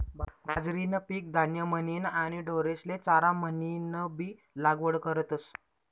बाजरीनं पीक धान्य म्हनीन आणि ढोरेस्ले चारा म्हनीनबी लागवड करतस